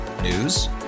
News